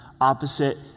opposite